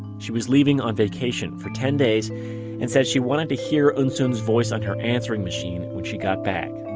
she was leaving on vacation for ten days and said she wanted to hear eunsoon's voice on her answering machine when she got back.